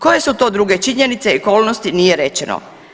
Koje su to druge činjenice i okolnosti nije rečeno.